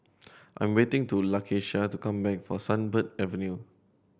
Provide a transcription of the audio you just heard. I am waiting to Lakeisha to come back from Sunbird Avenue